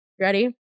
Ready